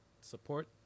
support